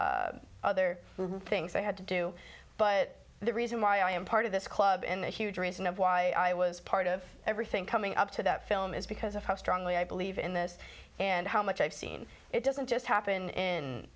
other things i had to do but the reason why i am part of this club and a huge reason of why i was part of everything coming up to that film is because of how strongly i believe in this and how much i've seen it doesn't just happen